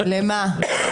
למה?